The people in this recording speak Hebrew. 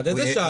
עד איזה שעה זה?